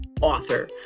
author